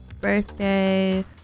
birthday